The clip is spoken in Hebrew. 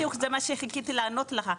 בדיוק זה מה שהתחלתי לענות לך,